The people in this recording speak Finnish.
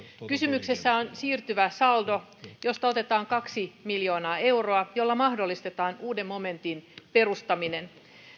kysymyksessä on siirtyvä saldo josta otetaan kaksi miljoonaa euroa jolla mahdollistetaan uuden momentin perustaminen